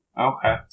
Okay